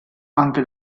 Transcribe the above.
anche